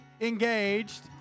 engaged